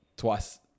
twice